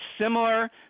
similar